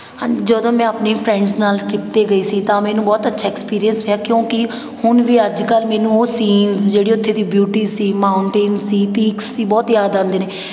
ਹਾਂ ਜਦੋਂ ਮੈਂ ਆਪਣੀ ਫਰੈਂਡਸ ਨਾਲ ਟ੍ਰਿਪ 'ਤੇ ਗਈ ਸੀ ਤਾਂ ਮੈਨੂੰ ਬਹੁਤ ਅੱਛਾ ਐਕਸਪੀਰੀਅੰਸ ਰਿਹਾ ਕਿਉਂਕਿ ਹੁਣ ਵੀ ਅੱਜ ਕੱਲ੍ਹ ਮੈਨੂੰ ਉਹ ਸੀਨਜ਼ ਜਿਹੜੀ ਉੱਥੇ ਦੀ ਬਿਊਟੀ ਸੀ ਮਾਊਨਟੇਂਨ ਸੀ ਪੀਕਸ ਸੀ ਬਹੁਤ ਯਾਦ ਆਉਂਦੇ ਨੇ